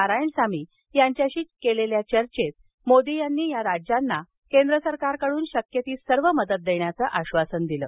नारायणसामी यांच्याशी केलेल्या चर्चेत मोदी यांनी या राज्यांना केंद्र सरकारकडून शक्य ती सर्व मदत देण्याचं आश्वासन दिलं